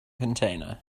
container